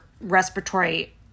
respiratory